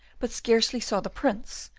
but scarcely saw the prince,